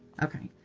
ok.